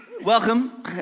Welcome